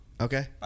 Okay